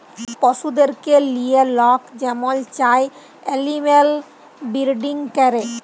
পশুদেরকে লিঁয়ে লক যেমল চায় এলিম্যাল বিরডিং ক্যরে